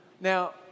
Now